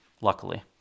luckily